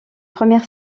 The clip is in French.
première